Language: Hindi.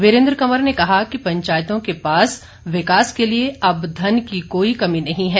वीरेंद्र कंवर ने कहा पंचायतों के पास विकास के लिए अब धन की कोई कमी नहीं है